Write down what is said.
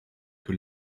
que